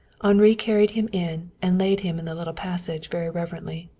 henri carried him in and laid him in the little passage, very reverently.